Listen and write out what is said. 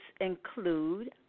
include